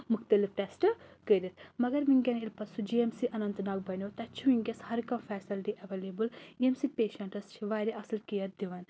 مُختلِف ٹَیسٹہٕ کٔرِتھ مَگر وٕنکؠن ییٚلہِ پَتہٕ سُہ G M C Anantnag بَنِیَو تَتہِ چھُ وٕنکیٚس ہر کانٛہہ فَیسَلٹی اَیٚوَیٚلَیبٕل ییٚمہِ سۭتۍ پَیشَنٹَس چھِ واریاہ اَصٕل کِیَر دِوان